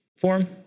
form